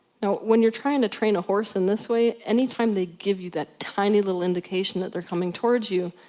now, when you're trying to train a horse in this way anytime they give you that tiny little indication that they're coming towards you,